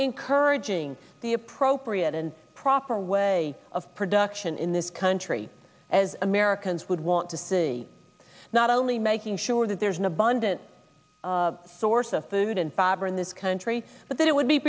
encouraging the appropriate and proper way of production in this country as americans would want to see not only making sure that there's an abundant source of food and fiber in this country but that it would be